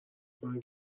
کنه